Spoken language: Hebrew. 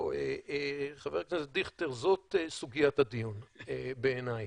חבר הכנסת דיכטר, זאת סוגיית הדיון בעיניי.